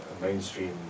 mainstream